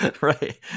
Right